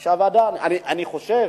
אני חושב